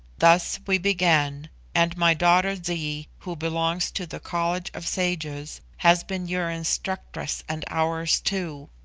thus we began and my daughter zee, who belongs to the college of sages, has been your instructress and ours too.